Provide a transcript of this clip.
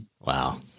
Wow